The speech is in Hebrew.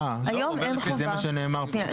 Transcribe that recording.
אה, כי זה מה שנאמר פה.